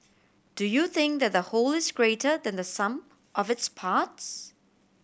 do you think that the whole is greater than the sum of its parts